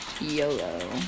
YOLO